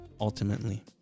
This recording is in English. ultimately